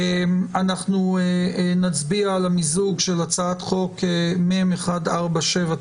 של הצעת חוק מ/1479